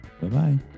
Bye-bye